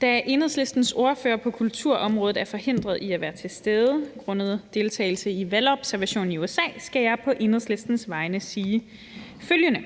Da Enhedslistens ordfører på kulturområdet er forhindret i at være til stede grundet deltagelse i valgobservation i USA, skal jeg på Enhedslistens vegne sige følgende: